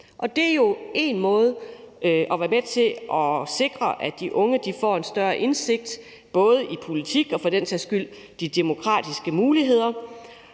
at være med til at sikre, at de unge får en større indsigt, både i politik og for den sags skyld i de demokratiske muligheder.